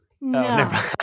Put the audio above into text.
No